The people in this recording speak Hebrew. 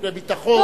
לפני ביטחון,